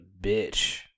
bitch